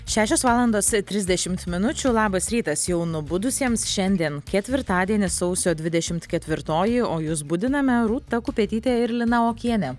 šešios valandos trisdešimt minučių labas rytas jau nubudusiems šiandien ketvirtadienis sausio dvidešimt ketvirtoji o jus budiname rūta kupetytė ir lina okienė